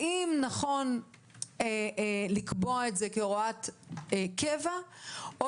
האם נכון לקבוע את זה כהוראת קבע או